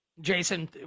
Jason